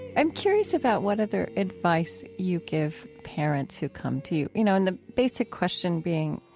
i'm curious about what other advice you give parents who come to you, you know, and the basic question being,